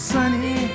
Sunny